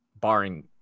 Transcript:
barring